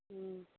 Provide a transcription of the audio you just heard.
ம்